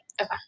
Okay